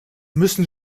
müssen